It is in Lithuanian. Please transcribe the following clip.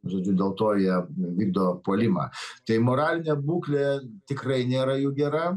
žodžiu dėl to jie vykdo puolimą tai moralinė būklė tikrai nėra jų gera